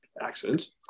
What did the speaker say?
accidents